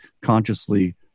consciously